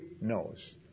knows